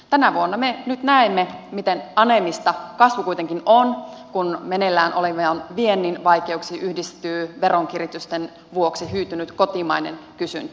tänä vuonna me nyt näemme miten aneemista kasvu kuitenkin on kun meneillään olevan viennin vaikeuksiin yhdistyy veronkiristysten vuoksi hyytynyt kotimainen kysyntä